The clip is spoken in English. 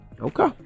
Okay